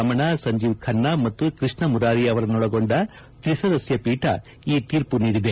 ರಮಣ ಸಂಜೀವ್ ಖನ್ನಾ ಮತ್ತು ಕೃಷ್ಣ ಮುರಾರಿ ಅವರನ್ನೊಳಗೊಂಡ ತ್ರಿಸದಸ್ಥ ಪೀಠ ಈ ತೀರ್ಮ ನೀಡಿದೆ